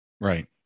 Right